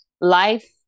life